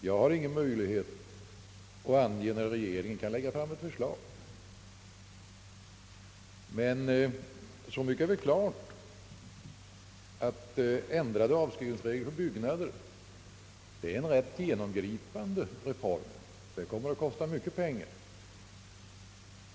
Jag har ingen möjlighet att ange när regeringen kan lägga fram ett förslag, men så mycket är väl klart att ändrade avskrivningsregler för byggnader innebär en rätt genomgripande reform som kommer att kosta mycket pengar.